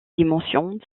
dimensions